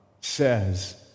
says